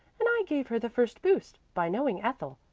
and i gave her the first boost, by knowing ethel.